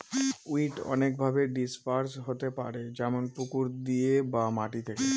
weed অনেকভাবে disperse হতে পারে যেমন পুকুর দিয়ে বা মাটি থেকে